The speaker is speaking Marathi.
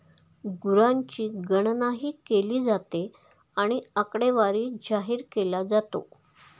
गुरांची गणनाही केली जाते आणि आकडेवारी जाहीर केला जातो